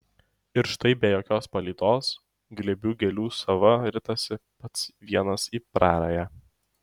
ir štai be jokios palydos glėbių gėlių sava ritasi pats vienas į prarają